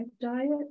diet